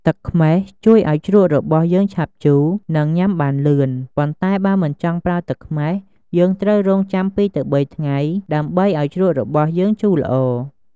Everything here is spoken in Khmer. ទឹកខ្មេះជួយឱ្យជ្រក់របស់យើងឆាប់ជូរ និងញុំាបានលឿន ប៉ុន្តែ បើមិនចង់ប្រើទឹកខ្មេះ យើងត្រូវរង់ចាំ ២ទៅ៣ ថ្ងៃដើម្បីឱ្យជ្រក់របស់យើងជូរល្អ។